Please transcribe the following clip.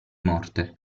morte